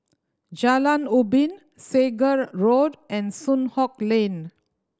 Jalan Ubin Segar Road and Soon Hock Lane